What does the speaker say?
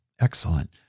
Excellent